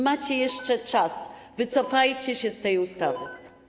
Macie jeszcze czas, wycofajcie się z tej ustawy.